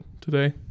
today